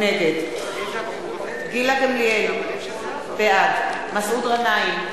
נגד גילה גמליאל, בעד מסעוד גנאים,